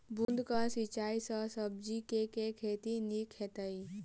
बूंद कऽ सिंचाई सँ सब्जी केँ के खेती नीक हेतइ?